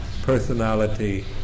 personality